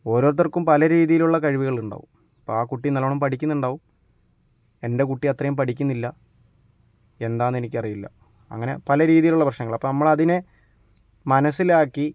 ഓരോർത്തർക്കും പല രീതിയിലുള്ള കഴിവുകളുണ്ടാവും അപ്പം ആ കുട്ടി നല്ലോണം പഠിക്കുന്നുണ്ടാവും എൻ്റെ കുട്ടി അത്രയും പഠിക്കുന്നില്ല എന്താന്നെനിക്കറിയില്ല അങ്ങനെ പല രീതിയിലുള്ള പ്രശ്നങ്ങള് അപ്പം നമ്മളതിനെ മനസ്സിലാക്കി